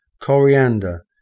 coriander